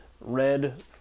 red